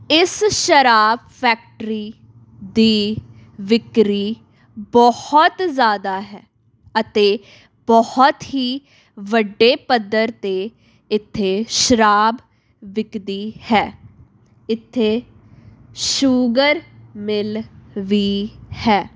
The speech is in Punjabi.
ਇਸ ਸ਼ਰਾਬ ਫੈਕਟਰੀ ਦੀ ਵਿਕਰੀ ਬਹੁਤ ਜ਼ਿਆਦਾ ਹੈ ਅਤੇ ਬਹੁਤ ਹੀ ਵੱਡੇ ਪੱਧਰ 'ਤੇ ਇੱਥੇ ਸ਼ਰਾਬ ਵਿਕਦੀ ਹੈ ਇੱਥੇ ਸ਼ੂਗਰ ਮਿੱਲ ਵੀ ਹੈ